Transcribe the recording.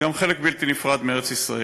גם חלק בלתי נפרד מארץ-ישראל.